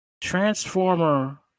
Transformer